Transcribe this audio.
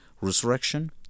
Resurrection